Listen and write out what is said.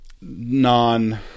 non